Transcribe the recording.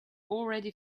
already